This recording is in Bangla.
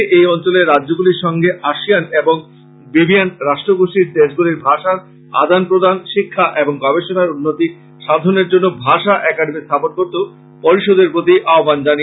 তিনি এই অঞ্চলের রাজ্যগুলির সঙ্গে আসিয়ান এবং বি বি এন রাষ্ট্র গোষ্টির দেশ গুলির ভাষার আদান প্রদান এবং গবেষনার উন্নতি সাধনের জন্য ভাষা একাডিমী স্থাপন করতে পরিষদের প্রতি আহবান জানান